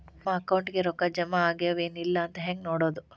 ನಮ್ಮ ಅಕೌಂಟಿಗೆ ರೊಕ್ಕ ಜಮಾ ಆಗ್ಯಾವ ಏನ್ ಇಲ್ಲ ಅಂತ ಹೆಂಗ್ ನೋಡೋದು?